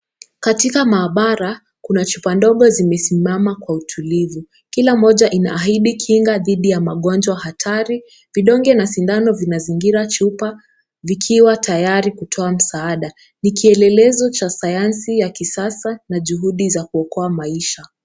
Katika maabara kuna chupa ndogo zimesimama kwa utulivu. Kila moja inaahidi kinga dhidi ya magonjwa hatari. Vidonge na sindano vimezingira chupa vikiwa tayari kutoa msaada. Ni kielelezo cha sayansi ya kisasa na juhudi za kuokoa maisha.